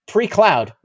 Pre-cloud